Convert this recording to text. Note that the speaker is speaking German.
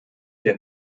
der